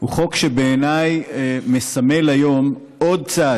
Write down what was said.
הוא חוק שבעיניי מסמל היום עוד צעד,